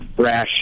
rash